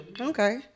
Okay